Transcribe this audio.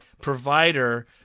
provider